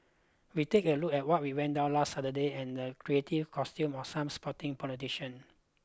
we take a look at what we went down last Saturday and the creative costume of some sporting politician